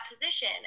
position